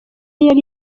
yari